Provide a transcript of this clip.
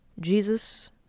jesus